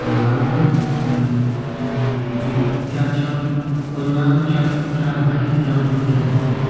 परिवार में जैसे की चार छ परिवार में चार चार भाई हैं चारो भाई चारो पत्नियाँ हैं